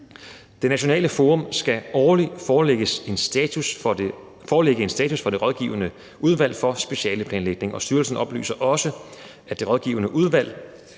Det nationale forum skal årligt forelægge en status for Det Rådgivende Udvalg for Specialeplanlægning, og styrelsen oplyser også, at Det Rådgivende Udvalg